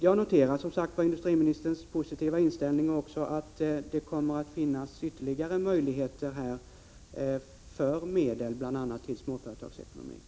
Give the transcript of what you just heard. Jag noterar, som sagt, att industriministern har en positiv inställning och också att det kommer att bli möjligt att få ytterligare medel för verksamhet av den typ som bedrivs bl.a. av Småföretagsekonomi.